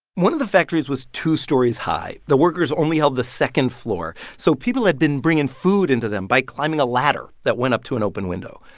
one of the factors was two stories high. the workers only held the second floor, so people had been bringing food into them by climbing a ladder that went up to an open window.